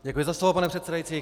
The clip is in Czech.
Děkuji za slovo, pane předsedající.